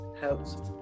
helps